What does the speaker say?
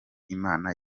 imana